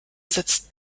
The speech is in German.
setzt